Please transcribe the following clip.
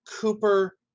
Cooper